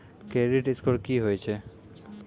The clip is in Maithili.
क्रेडिट स्कोर की होय छै?